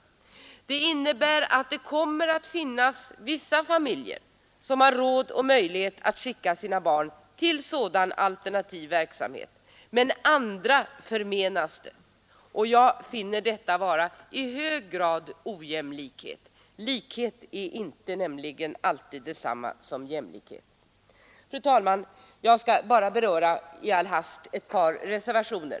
I sin tur betyder det att det kommer att finnas vissa familjer som har råd och möjlighet att skicka sina barn till sådan alternativ verksamhet, medan andra förmenas det. Jag finner detta vara en höggradig ojämlikhet. Likhet är nämligen inte alltid detsamma som jämlikhet. Fru talman! Jag skall i all hast beröra ett par reservationer.